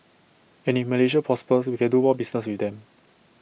and if Malaysia prospers we can do more business with them